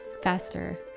faster